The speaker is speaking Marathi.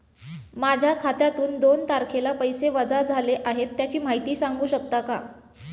माझ्या खात्यातून दोन तारखेला पैसे वजा झाले आहेत त्याची माहिती सांगू शकता का?